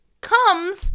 comes